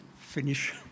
finish